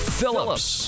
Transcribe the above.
Phillips